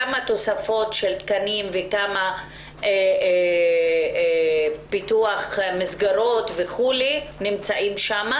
כמה תוספות של תקנים וכמה תקציב לפיתוח מסגרות נמצאים שם.